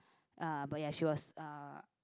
uh but ya she was uh